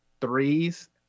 threes